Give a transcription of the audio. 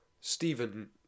Stephen